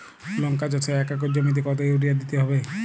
লংকা চাষে এক একর জমিতে কতো ইউরিয়া দিতে হবে?